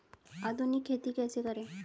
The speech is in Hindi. आधुनिक खेती कैसे करें?